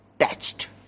attached